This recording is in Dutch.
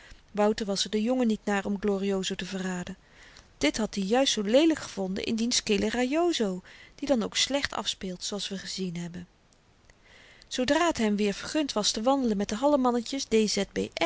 wouter was er de jongen niet naar om glorioso te verraden dit had i juist zoo leelyk gevonden in dien scelerajoso die dan ook slecht afspeelt zooals we gezien hebben zoodra t hem weer vergund was te wandelen met de hallemannetjes d